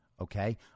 Okay